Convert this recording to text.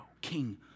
king